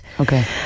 Okay